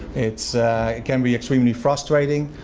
it's, it can be extremely frustrating,